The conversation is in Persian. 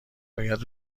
باید